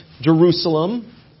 Jerusalem